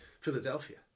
Philadelphia